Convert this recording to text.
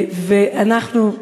ואנחנו,